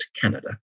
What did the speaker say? Canada